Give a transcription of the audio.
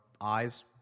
eyes